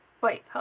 Wait